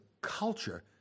culture